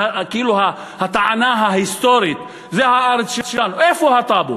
כאילו הטענה ההיסטורית שזו הארץ שלנו, איפה הטאבו?